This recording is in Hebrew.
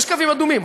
יש קווים אדומים.